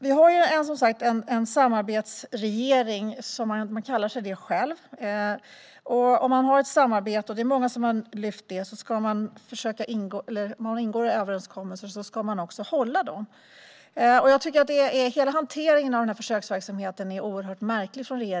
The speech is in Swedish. Vi har som sagt en samarbetsregering, som man själv kallar sig. Om man har ett samarbete och ingår överenskommelser ska man också hålla dem, vilket är något som många har lyft, och därför tycker jag att regeringens hantering av den här försöksverksamheten är oerhört märklig.